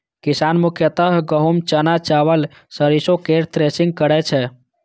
किसान मुख्यतः गहूम, चना, चावल, सरिसो केर थ्रेसिंग करै छै